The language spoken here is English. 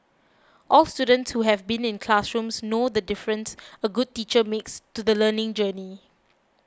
all students who have been in classrooms know the difference a good teacher makes to the learning journey